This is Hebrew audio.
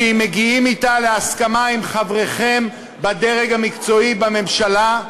שמגיעים עליה להסכמה עם חבריכם בדרג המקצועי בממשלה,